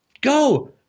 go